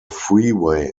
freeway